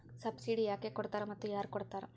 Subsidy ಯಾಕೆ ಕೊಡ್ತಾರ ಮತ್ತು ಯಾರ್ ಕೊಡ್ತಾರ್?